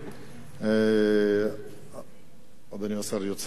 אדוני השר יוצא?